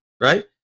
right